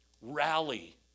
rally